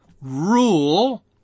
rule